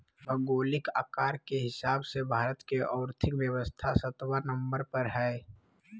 भौगोलिक आकार के हिसाब से भारत के और्थिक व्यवस्था सत्बा नंबर पर हइ